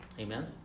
amen